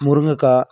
முருங்கக்காய்